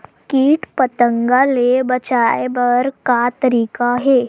कीट पंतगा ले बचाय बर का तरीका हे?